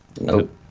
Nope